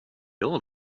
all